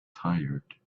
tired